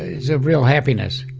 it's a real happiness.